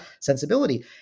sensibility